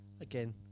again